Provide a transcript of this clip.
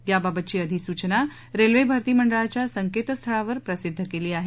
याबाबतची अधिसूचना रेल्वे भरती मंडळाच्या संकेतस्थळावर प्रसिद्ध केली आहे